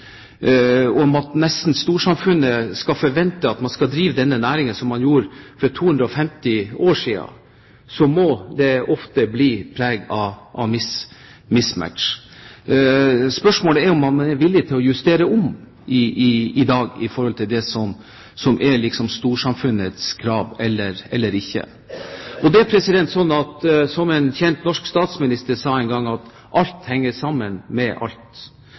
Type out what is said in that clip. om man i dag er villig til å omjustere i forhold til det som liksom er storsamfunnets krav. Det er slik som en kjent norsk statsminister sa en gang, at «alt henger sammen med alt».